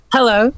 Hello